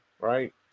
right